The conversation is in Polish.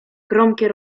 gromkie